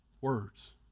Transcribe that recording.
Words